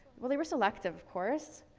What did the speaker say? well they were selective, of course,